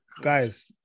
guys